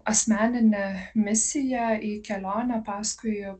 asmeninę misiją į kelionę paskui